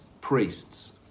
priests